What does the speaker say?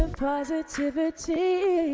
positivity